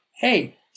hey